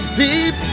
deep